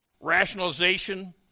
rationalization